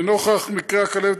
לנוכח מקרי הכלבת,